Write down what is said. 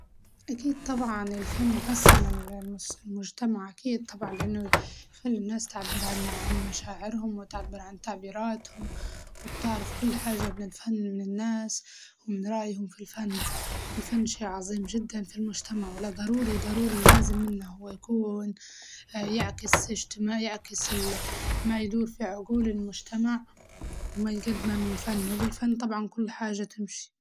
أكيد طبعاً الفن يحسن ال- المجتمع أكيد طبعاً، لأنه يخلي الناس تعبر عن عن مشاعرهم وتعبر عن تعبيراتهم، وبتعرف كل حاجة من الفن من الناس من رايهم في الفن، والفن شي عظيم جداً في المجتمع وضروري ضروري لازم إنه هو يكون يعكس اجتماع يعكس ال- ما يدور في عقول المجتمع، وما يقدمه من فن وبالفن طبعاً كل حاجة تمشي.